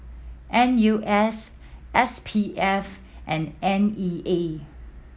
N U S S P F and N E A